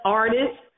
artist